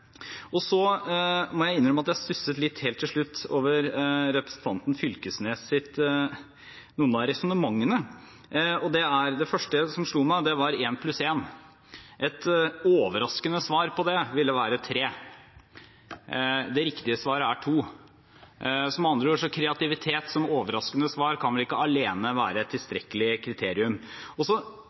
Jeg må innrømme at jeg stusset litt over noen av representanten Fylkesnes’ resonnementer. Det første som slo meg, var 1+1. Et overraskende svar på det ville vært 3. Det riktige svaret er 2. Så med andre ord – kreativitet som overraskende svar kan vel ikke alene være et tilstrekkelig kriterium.